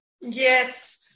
Yes